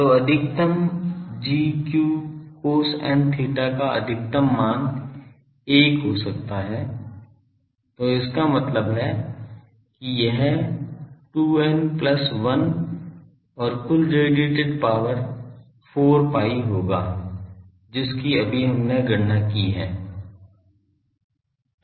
तो अधिकतम g cos n theta का अधिकतम मान 1 हो सकता है तो इसका मतलब है कि यह 2n प्लस 1 और कुल रेडिएटेड पावर 4 pi होगा जिसकी अभी हमने गणना की है